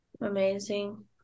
Amazing